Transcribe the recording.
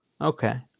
Okay